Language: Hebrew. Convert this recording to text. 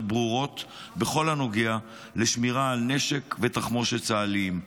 ברורות בכל הנוגע לשמירה על נשק ותחמושת צה"ליים,